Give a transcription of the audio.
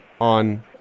on